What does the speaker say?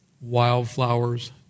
Wildflowers